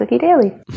daily